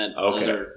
Okay